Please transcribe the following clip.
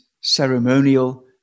ceremonial